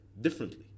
differently